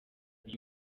uyu